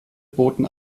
boten